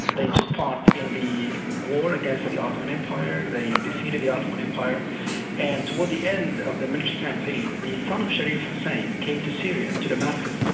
they took part in the war against the the ottoman empire, they defeated the ottoman empire and towards the end of the military campaign, the son of sharif hussein came to syria, to damascus,